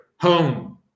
home